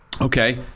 Okay